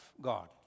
God